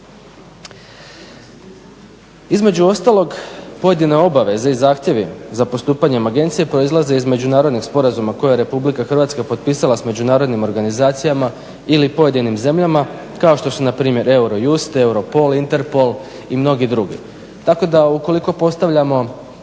Između ostalog pojedine obaveze i zahtjevi za postupanjem Agencije proizlaze iz međunarodnih sporazuma koje je Republika Hrvatska potpisala sa međunarodnim organizacijama ili pojedinim zemljama kao što su na primjer Eurojust, Europol, Interpol i mnogi drugi. Tako da ukoliko postavljamo,